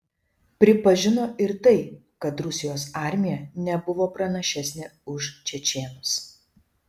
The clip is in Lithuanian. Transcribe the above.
pripažino ir tai kad rusijos armija nebuvo pranašesnė už čečėnus